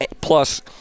Plus